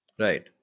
Right